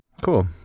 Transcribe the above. Cool